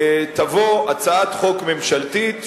תבוא הצעת חוק ממשלתית,